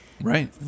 Right